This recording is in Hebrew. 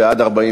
42 בעד,